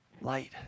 Light